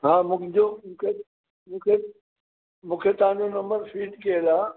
हा मुंहिंजो मूंखे मूंखे तव्हां जो नंबर फीड कयलु आहे